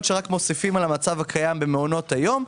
שרק מוסיפים על המצב הקיים במעונות היום,